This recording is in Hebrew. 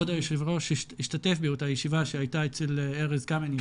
כבוד היושב ראש השתתף באותה ישיבה אצל ארז קמיניץ,